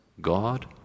God